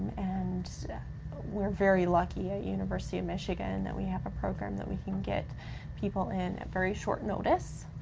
and we're very lucky ah university of michigan that we have a program that we can get people in at very short notice.